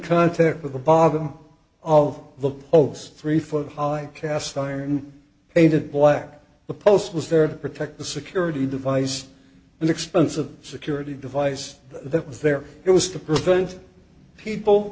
contact with the bottom of the post three foot high cast iron aged black the post was there to protect the security device and expensive security device that was there it was to prevent people